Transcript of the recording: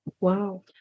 Wow